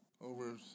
over